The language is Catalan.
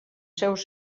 seus